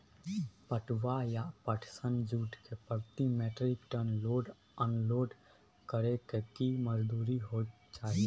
पटुआ या पटसन, जूट के प्रति metric ton load unload करै के की मजदूरी होय चाही?